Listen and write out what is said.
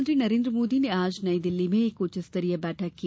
प्रधानमंत्री नरेन्द्र मोदी ने आज नई दिल्ली में एक उच्चस्तरीय बैठक की